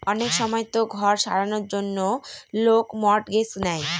অনেক সময়তো ঘর সারানোর জন্য লোক মর্টগেজ নেয়